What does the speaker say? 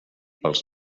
pels